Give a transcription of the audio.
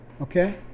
okay